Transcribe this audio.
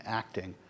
acting